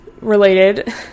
related